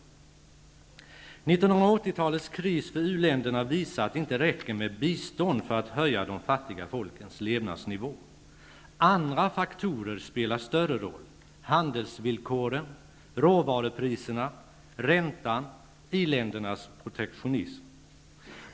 1980-talets kris för u-länderna visar att det inte räcker med bistånd för att höja de fattiga folkens levnadsnivå. Andra faktorer spelar större roll: handelsvillkoren, råvarupriserna, räntan, iländernas protektionism.